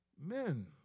men